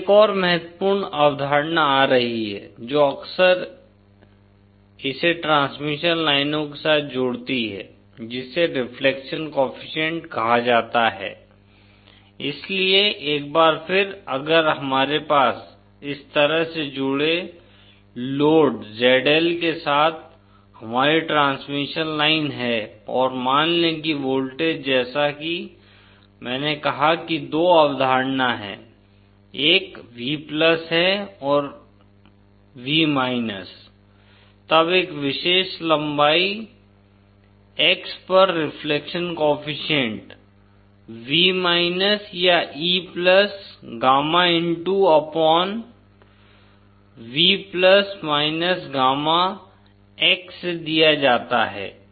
अब एक और महत्वपूर्ण अवधारणा आ रही है जो अक्सर इसे ट्रांसमिशन लाइनों के साथ जोड़ती है जिसे रिफ्लेक्शन केफीसिएंट कहा जाता है xV0 eγxV0e γxVV V0 eγxV0e γx V0 V0 e2γ इसलिए एक बार फिर अगर हमारे पास इस तरह से जुड़े लोड ZL के साथ हमारी ट्रांसमिशन लाइन है और मान लें कि वोल्टेज जैसा कि मैंने कहा कि दो अवधारणा हैं एक V है और V तब एक विशेष लंबाई x पर रिफ्लेक्शन कोएफ़िशिएंट V या E gamma into upon V gamma x से दिया जाता है